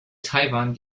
taiwan